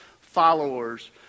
followers